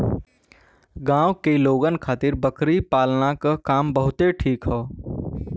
गांव के लोगन खातिर बकरी पालना क काम बहुते ठीक हौ